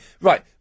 right